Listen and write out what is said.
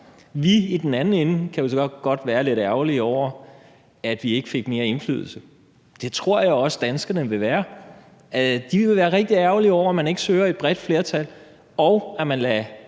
Vi i den anden ende kan så godt være lidt ærgerlige over, at vi ikke fik mere indflydelse. Det tror jeg også danskerne vil være. De vil være rigtig ærgerlige over, at man ikke søger et bredt flertal, og at man lader